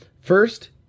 First